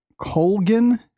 Colgan